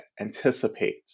anticipate